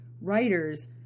writers